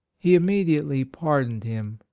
he im mediately pardoned him,